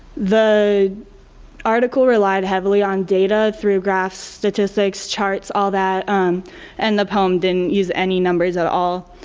the article relied heavily on data through graphs, statistics, charts all that and the poem didn't use any numbers at all.